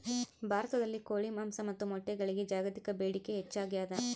ಭಾರತದಲ್ಲಿ ಕೋಳಿ ಮಾಂಸ ಮತ್ತು ಮೊಟ್ಟೆಗಳಿಗೆ ಜಾಗತಿಕ ಬೇಡಿಕೆ ಹೆಚ್ಚಾಗ್ಯಾದ